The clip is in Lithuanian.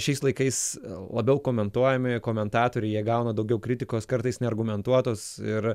šiais laikais labiau komentuojami komentatoriai jie gauna daugiau kritikos kartais neargumentuotos ir